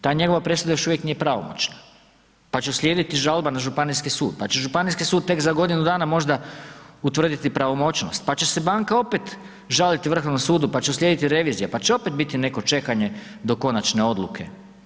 Ta njegova presuda još uvijek nije pravomoćna pa će slijediti žalba na Županijski sud, pa će Županijski sud tek za godinu dana možda utvrditi pravomoćnost, pa će se banka opet žaliti Vrhovnom sudu pa će uslijediti revizija, pa će opet biti neko čekanje do konačne odluke.